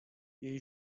jej